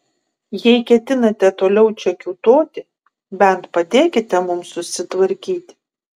jei ketinate toliau čia kiūtoti bent padėkite mums susitvarkyti